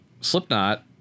Slipknot